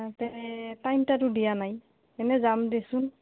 তে টাইমটা দিয়া নাই এনে যাম দেচোন